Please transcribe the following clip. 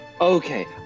Okay